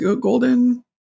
golden